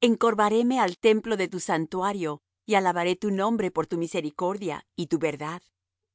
encorvaréme al templo de tu santuario y alabaré tu nombre por tu misericordia y tu verdad